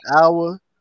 hour